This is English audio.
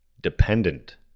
dependent